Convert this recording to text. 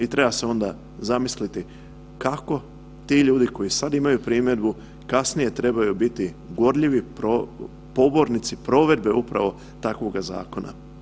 I treba se onda zamisliti kako ti ljudi koji sada imaju primjedbu kasnije trebaju biti gorljivi, pobornici provedbe upravo takvoga zakona.